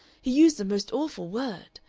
he used a most awful word!